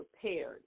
prepared